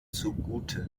zugute